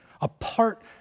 apart